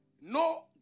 No